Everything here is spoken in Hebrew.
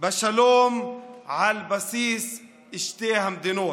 בשלום על בסיס שתי המדינות.